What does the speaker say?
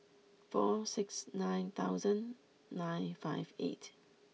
four six nine thousand nine five eight